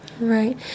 Right